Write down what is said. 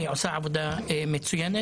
הם עושים עבודה מצוינת.